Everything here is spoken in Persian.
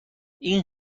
این